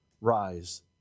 Rise